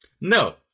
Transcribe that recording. No